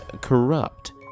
corrupt